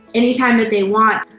any time that they want.